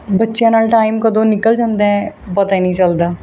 ਬੱਚਿਆਂ ਨਾਲ ਟਾਈਮ ਕਦੋਂ ਨਿਕਲ ਜਾਂਦਾ ਪਤਾ ਹੀ ਨਹੀਂ ਚੱਲਦਾ